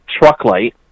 Trucklight